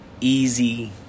easy